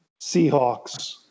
Seahawks